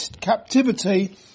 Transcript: captivity